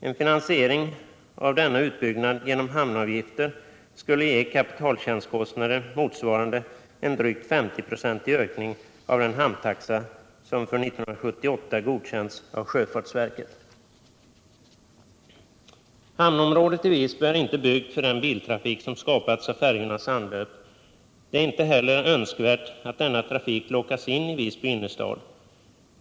En finansiering av denna utbyggnad genom hamnavgifter skulle ge kapitaltjänstkostnader motsvarande en drygt 50-procentig ökning av den hamntaxa som för 1978 godkänts av sjöfartsverket. Hamnområdet i Visby är inte byggt för den biltrafik som skapats av färjornas anlöp. Det är inte heller önskvärt att denna trafik lockas in i Visby innerstad.